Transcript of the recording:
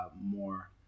more